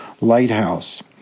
Lighthouse